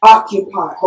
Occupy